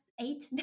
eight